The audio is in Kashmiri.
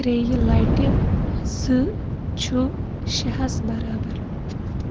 ترٛیہِ لٹہِ زٕ چھُ شےٚ ہَس برابر